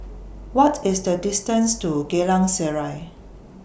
What IS The distance to Geylang Serai